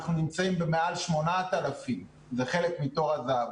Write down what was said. אנחנו נמצאים במעל 8,000. זה חלק מתור הזהב.